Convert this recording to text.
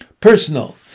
Personal